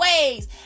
ways